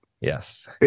Yes